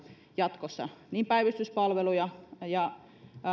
jatkossa niin päivystyspalveluja kuin